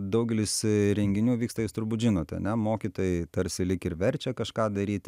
daugelis renginių vyksta jūs turbūt žinot ane mokytojai tarsi lyg ir verčia kažką daryti